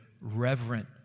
reverent